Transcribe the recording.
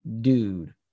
Dude